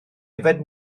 yfed